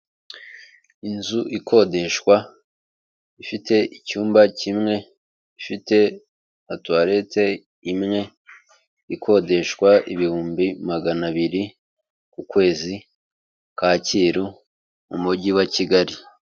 Inzu ikodeshwa ifite icyumba kimwe, ifite na tuwarete imwe ikodeshwa ibihumbi magana abiri ku kwezi, Kacyiru mu mujyi wa Kigali.